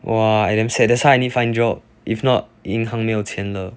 !wah! I damn sad that's why I need find job if not 银行没有钱了